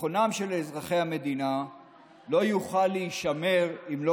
ביטחונם של אזרחי המדינה לא יוכל להישמר אם לא